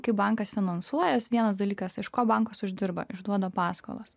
kai bankas finansuojas vienas dalykas iš ko bankas uždirba išduoda paskolas